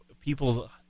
people